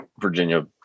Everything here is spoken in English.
Virginia